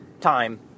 time